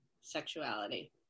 sexuality